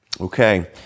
Okay